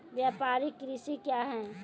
व्यापारिक कृषि क्या हैं?